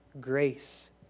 grace